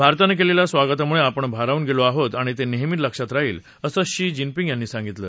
भारतानं केलेल्या स्वागतामुळे आपण भारावून गेलो आहोत आणि ते नेहमी लक्षात राहील असं शी जिनपिंग यांनी सांगितलं